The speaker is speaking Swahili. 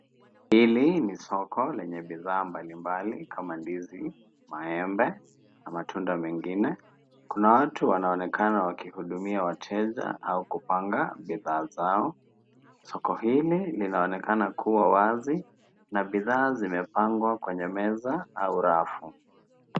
Hili ni soko lenye bidhaa mbalimbali kama ndizi, maembe na matunda mengine. Kuna watu wanaonekana wakihudumia wateja au kupanga bidhaa zao. Soko hili linaonekana kuwa wazi na bidhaa zimepangwa kwenye meza au rafu.